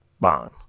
Bond